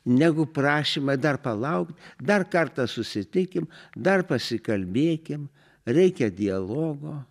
negu prašymai dar palaukt dar kartą susitikim dar pasikalbėkim reikia dialogo